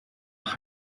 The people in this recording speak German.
nach